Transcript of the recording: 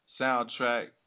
soundtrack